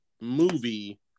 movie